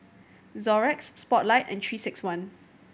Xorex Spotlight and Three Six One